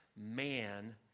Man